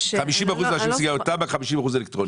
50 אחוזים מעשנים סיגריות טבק ו-50 אחוזים סיגריות אלקטרוניות.